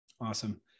Awesome